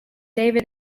david